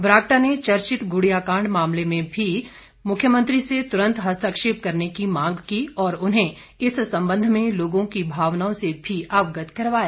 बरागटा ने चर्चित गुड़िया कांड मामले में भी मुख्यमंत्री से तुरंत हस्तक्षेप करने की मांग की और उन्हें इस संबंध में लोगों की भावनाओं से भी अवगत करवाया